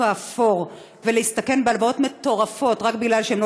האפור ולהסתכן בהלוואות מטורפות רק כי הם לא